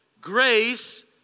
grace